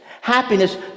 Happiness